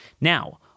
Now